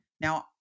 Now